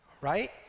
right